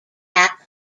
back